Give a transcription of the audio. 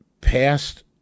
passed